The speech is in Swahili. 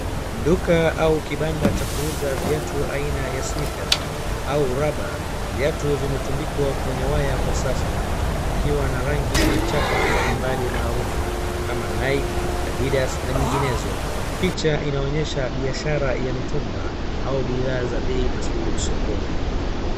duka au kibanda ya kuuza viatu aina ya sneakers au rubber viatu vimetundikwa kwenye waya kwa safu vikiwa na rangi na chapa mbalimbali maarufu kama nike ,addidas na nyinginezo picha inaonyesha biashara ya mitumba au bidhaa za bei nafuu sokoni